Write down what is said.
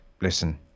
listen